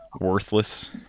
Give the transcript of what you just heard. worthless